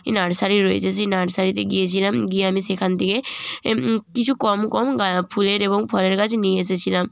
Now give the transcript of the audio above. nursery রয়েছে সেই নার্সারিতে গিয়েছিলাম গিয়ে আমি সেখান থেকে কিছু কম কম গা ফুলের এবং ফলের গাছ নিয়ে এসেছিলাম